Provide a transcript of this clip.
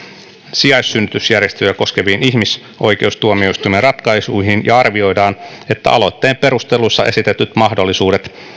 sijaissynnytysjärjestelyjä koskeviin ihmisoikeustuomioistuimen ratkaisuihin ja arvioidaan että aloitteen perusteluissa esitetyt mahdollisuudet